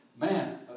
Man